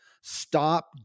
Stop